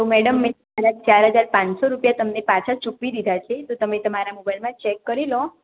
madam મેં તમારા ચાર હજાર પાંચસો રૂપિયા તમને પાછા ચૂકવી દીધા છે તો તમે તમારા મોબાઇલમાં ચેક કરી લો